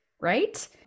Right